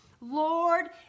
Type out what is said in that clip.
Lord